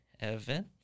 Evan